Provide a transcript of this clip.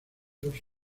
los